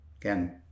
Again